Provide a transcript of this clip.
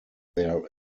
there